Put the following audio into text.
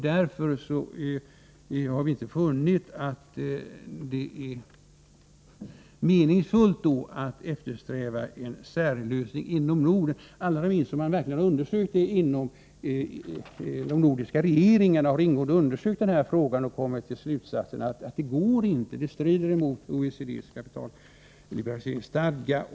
Därför har vi inte funnit att det är meningsfullt att eftersträva en särlösning inom Norden, allra helst som de nordiska regeringarna verkligen ingående undersökt den saken. Man har dragit slutsatsen att något sådant inte är möjligt. Det strider mot OECD:s kapitalliberaliseringsstadga.